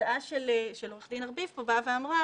ההצעה של עורך הדין ארביב אמרה